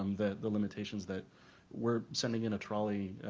um the the limitations that we're sending in a trolley,